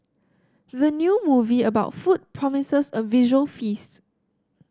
the new movie about food promises a visual feast